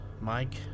Mike